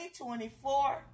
2024